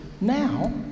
now